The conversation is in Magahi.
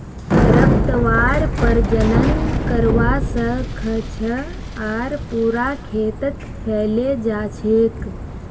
खरपतवार प्रजनन करवा स ख छ आर पूरा खेतत फैले जा छेक